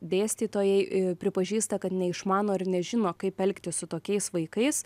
dėstytojai pripažįsta kad neišmano ir nežino kaip elgtis su tokiais vaikais